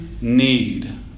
need